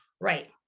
Right